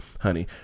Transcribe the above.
honey